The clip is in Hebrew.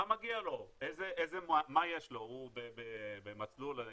מה יש לו, איזה מסלול הוא.